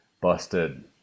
busted